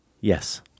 Yes